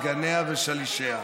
סגניה ושלישיה,